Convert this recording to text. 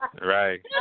Right